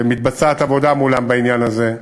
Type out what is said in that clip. ומתבצעת עבודה מולם בעניין הזה.